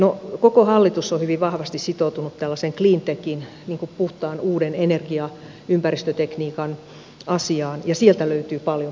no koko hallitus on hyvin vahvasti sitoutunut tällaisen cleantechin puhtaan uuden energia ja ympäristötekniikan asiaan ja sieltä löytyy paljon mahdollisuuksia